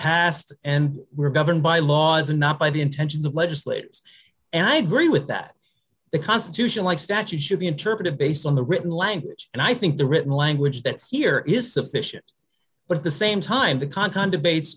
past and were governed by laws and not by the intentions of legislators and i agree with that the constitution like statute should be interpreted based on the written language and i think the written language that's here is sufficient but at the same time to confound abates